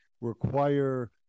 require